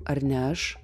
ar ne aš